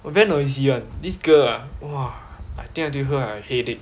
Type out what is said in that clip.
very noisy [one] this girl ah !wah! I think until her I headache